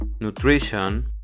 Nutrition